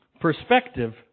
Perspective